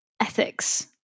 ethics